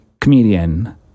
comedian